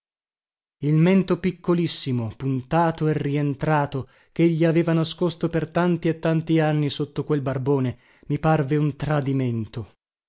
il mento piccolissimo puntato e rientrato chegli aveva nascosto per tanti e tanti anni sotto quel barbone mi parve un tradimento